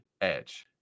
edge